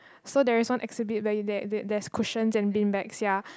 so there is one exhibit where there there there's cushions and beanbags ya